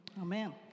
Amen